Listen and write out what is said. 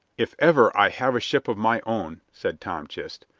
if ever i have a ship of my own, said tom chist,